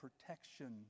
protection